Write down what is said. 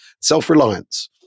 self-reliance